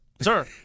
sir